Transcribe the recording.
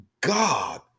God